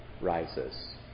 rises